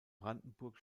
brandenburg